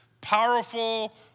powerful